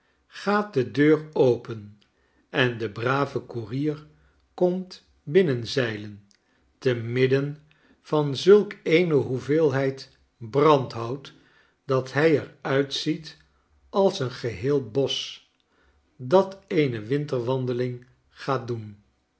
gaat de deur open en de brave koerier komt binnenzeilen te midden van zulk eene hoeveelheid brandhout dat hij er uitziet als een geheel bosch dat eene winterwandeling gaat doen